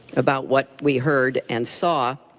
about what we heard and saw.